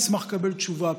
אני אשמח לקבל תשובה פשוטה.